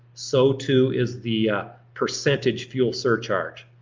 so too is the percentage fuel surcharge.